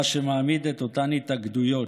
מה שמעמיד את אותן התאגדויות,